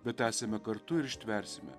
bet esame kartu ir ištversime